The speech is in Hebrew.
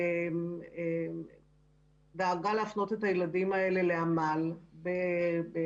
היא דאגה להפנות את הילדים האלה לעמל באשדוד.